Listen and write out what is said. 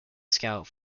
scout